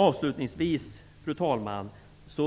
Avslutningsvis, fru talman,